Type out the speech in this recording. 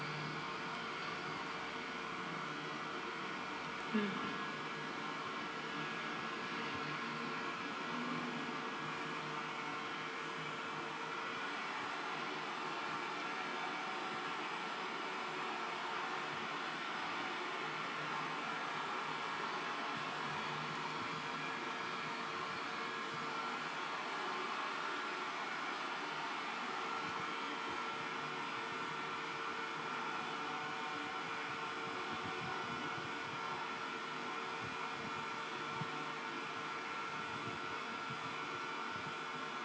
mm